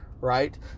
right